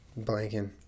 blanking